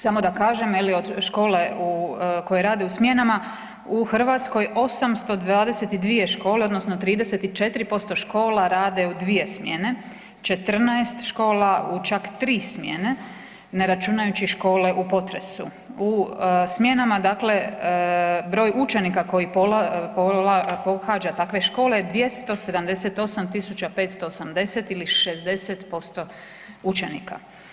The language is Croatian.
Samo da kažem ... škole koje rade u smjenama u Hrvatskoj 822 škole odnosno 34% škola rade u dvije smjene, 14 škola u čak tri smjene, ne računajući škole u potresu, u smjenama dakle broj učenika koji pohađa takve škole je 278.580 ili 60% učenika.